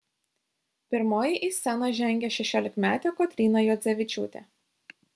pirmoji į sceną žengė šešiolikmetė kotryna juodzevičiūtė